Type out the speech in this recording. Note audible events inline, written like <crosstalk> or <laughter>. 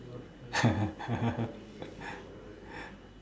<laughs>